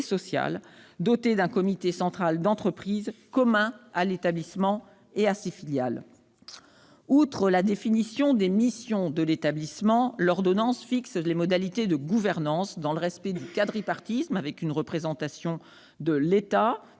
dotée d'un comité central d'entreprise commun à l'établissement public et à ses filiales. Outre la définition des missions de l'établissement, l'ordonnance fixe les modalités de gouvernance. Celles-ci respectent le quadripartisme : sont représentés au